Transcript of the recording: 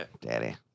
Daddy